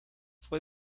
fue